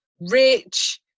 rich